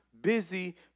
busy